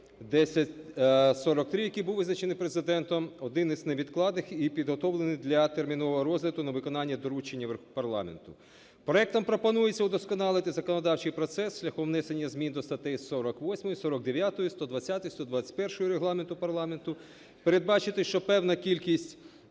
1043), який був визначений Президентом одним із невідкладних і підготовлений для термінового розгляду на виконання доручень парламенту. Проектом пропонується вдосконалити законодавчий процес шляхом внесення змін до статей 48, 49, 120, 121 Регламенту парламенту. Передбачити, що певна кількість